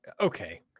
Okay